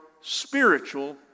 spiritual